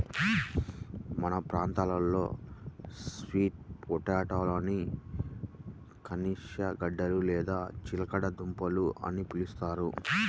మన ప్రాంతంలో స్వీట్ పొటాటోలని గనిసగడ్డలు లేదా చిలకడ దుంపలు అని పిలుస్తారు